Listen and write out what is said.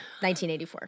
1984